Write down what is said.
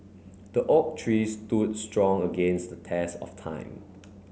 the oak tree stood strong against the test of time